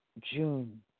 June